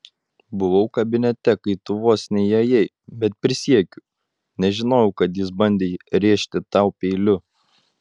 buvau kabinete kai tu vos neįėjai bet prisiekiu nežinojau kad jis bandė rėžti tau peiliu